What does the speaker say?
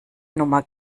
nummer